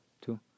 two